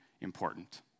important